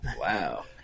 Wow